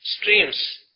Streams